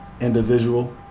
individual